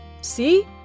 See